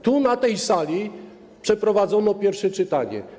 Tu, na tej sali, przeprowadzono pierwsze czytanie.